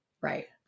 Right